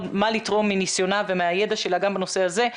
מה לתרום מניסיונה ומהידע שלה גם בנושא הזה,